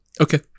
Okay